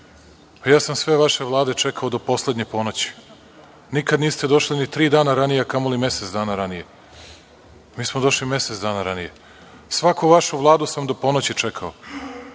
ja sam sve vaše Vlade čekao do poslednje ponoći. Nikad niste došli ni tri dana ranije, a kamoli mesec dana ranije. Mi smo došli mesec dana ranije. Svaku vašu Vladu sam do ponoći čekao.